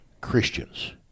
Christians